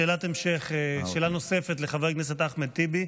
שאלת נוספת, לחבר הכנסת אחמד טיבי.